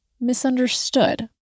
misunderstood